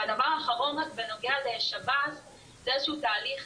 הדבר אחרון בנוגע לשב"ס, זה איזה שהוא תהליך